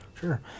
Sure